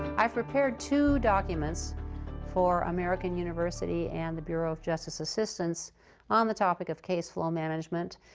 i've prepared two documents for american university and the bureau of justice assistance on the topic of caseflow management.